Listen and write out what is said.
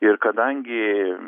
ir kadangi